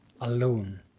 alone